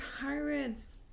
pirates